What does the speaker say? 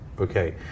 Okay